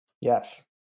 Yes